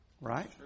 Right